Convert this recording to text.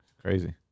Crazy